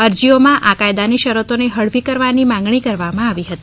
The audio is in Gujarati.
અરજીઓમાં આ કાયદાની શરતોને હળવી કરવાની માંગણી કરવામાં આવી હતી